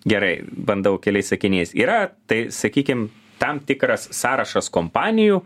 gerai bandau keliais sakiniais yra tai sakykim tam tikras sąrašas kompanijų